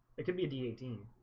it could be a d eighteen?